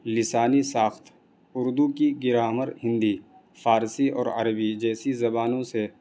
لسانی ساخت اردو کی گرامر ہندی فارسی اور عربی جیسی زبانوں سے